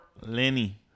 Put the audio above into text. Lenny